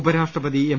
ഉപരാഷ്ട്രപതി എം